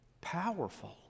powerful